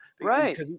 right